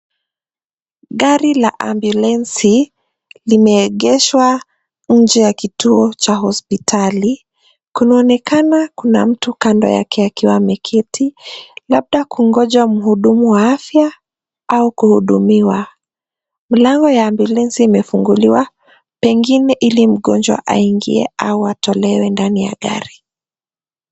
Gari la ambulensi limeegeshwa nje ya kituo cha hospitali. Kunaonekana kuna mtu kando yake akiwa ameketi labda kungoja mhudumu wa afya au kuhudumiwa. Milango ya ambulensi imefunguliwa pengine ili mgonjwa aingie au atolewe ndani ya gari.